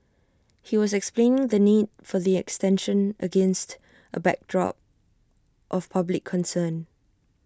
he was explaining the need for the extension against A backdrop of public concern